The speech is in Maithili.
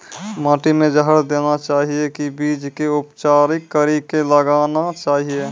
माटी मे जहर देना चाहिए की बीज के उपचारित कड़ी के लगाना चाहिए?